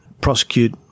prosecute